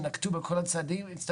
הם נקטו בכל הצעדים?